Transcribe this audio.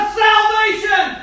salvation